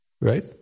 right